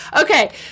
Okay